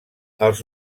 els